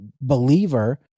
believer